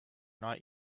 not